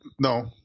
No